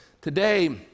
today